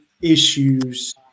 issues